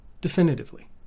definitively